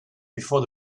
before